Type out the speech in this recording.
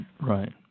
right